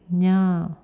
ya